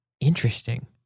Interesting